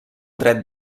dret